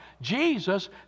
Jesus